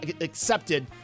accepted